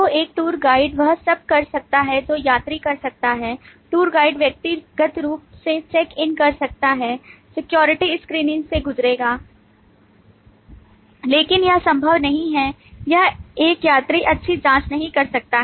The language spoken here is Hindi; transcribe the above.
तो एक टूर गाइड वह सब कर सकता है जो यात्री कर सकता है टूर गाइड व्यक्तिगत रूप से चेक इन कर सकता है सिक्योरिटी स्क्रीनिंग से गुजरेगा लेकिन यह संभव नहीं है यह एक यात्री अच्छी जाँच नहीं कर सकता है